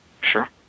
Sure